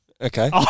Okay